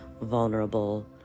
vulnerable